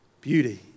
beauty